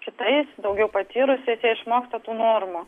kitais daugiau patyrusiais jie išmoksta tų normų